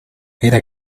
era